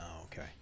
okay